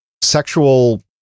sexual